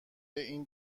این